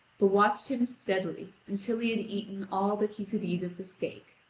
but watched him steadily until he had eaten all that he could eat of the steak.